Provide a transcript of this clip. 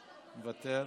מוותר.